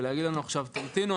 להגיד לנו: "תמתינו.